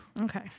Okay